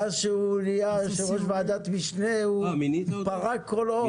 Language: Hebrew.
מאז שהוא נהיה יושב-ראש ועדת משנה הוא פרק כל עול.